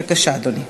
בבקשה, אדוני.